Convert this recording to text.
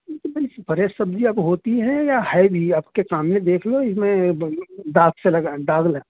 یہ تو بھائی فریش سبزی اب ہوتی ہیں یا ہیں بھی آپ کے سامنے دیکھ لو اس میں داغ سے لگا داغ لگا